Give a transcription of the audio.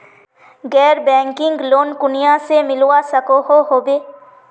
गैर banking loan कुनियाँ से मिलवा सकोहो होबे?